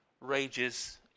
rages